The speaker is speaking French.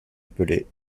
appelés